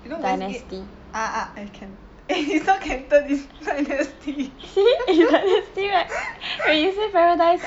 you know west gate ah ah is not Canton is dynasty